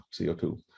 CO2